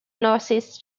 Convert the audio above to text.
northeast